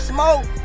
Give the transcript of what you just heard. Smoke